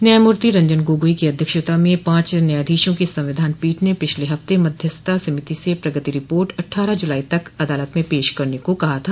न्यायमूर्ति रंजन गोगोई की अध्यक्षता में पांच न्यायाधीशों की संविधान पीठ ने पिछले हफ़्ते मध्यस्थता समिति से प्रगति रिपोर्ट अट़ठारह जुलाई तक अदालत में पेश करने को कहा था